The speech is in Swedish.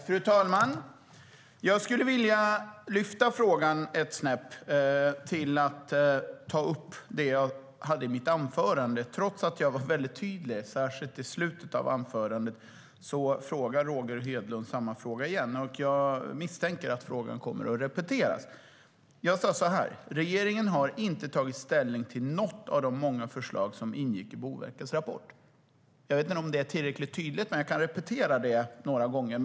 Fru talman! Jag skulle vilja lyfta frågan ett snäpp till att ta upp det jag sa i interpellationssvaret. Trots att jag var tydlig, särskilt i slutet av mitt inlägg, ställer Roger Hedlund samma fråga igen. Jag misstänker att frågan kommer att repeteras. Jag sa så här: Regeringen har inte tagit ställning till något av de många förslag som ingick i Boverkets rapport. Jag vet inte om det är tillräckligt tydligt. Jag kan repetera det några gånger.